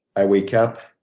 i wake up,